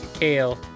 Kale